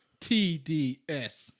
TDS